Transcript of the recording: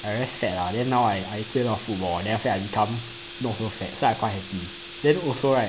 I very sad lah then now I I play a lot of football and after that I become not so sad so I quite happy then also right